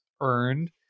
earned